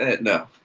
No